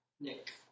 Nick